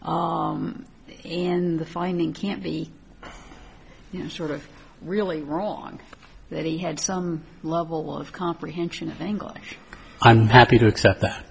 and the finding can't be sort of really wrong that he had some level of comprehension of english i'm happy to accept that